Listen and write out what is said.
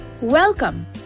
Welcome